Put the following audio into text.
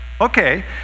okay